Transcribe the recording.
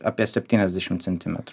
apie septyniasdešimt centimetrų